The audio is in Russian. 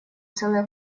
целая